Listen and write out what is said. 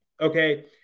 Okay